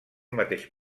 mateix